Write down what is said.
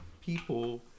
people